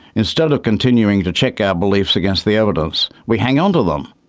instead of continuing to check our beliefs against the evidence, we hang on to them.